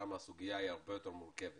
ששם הסוגיה היא הרבה יותר מורכבת,